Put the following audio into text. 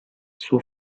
suo